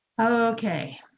Okay